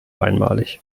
einmalig